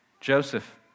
Joseph